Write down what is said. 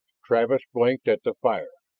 travis blinked at the fire.